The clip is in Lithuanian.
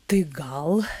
tai gal